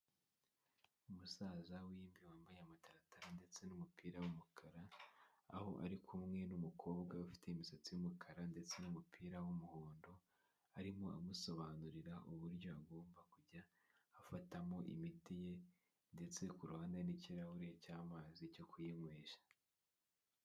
Umusaza w’imvi wambaye amataratara ndetse n'umupira wumukara aho ari kumwe n'umukobwa ufite imisatsi yumukara ndetse n'umupira w'umuhondo arimo amusobanurira uburyo agomba kujya afatamo imiti ye ndetse kuruhande hari n'kirahure cy’amazi cyo kuyanywesha.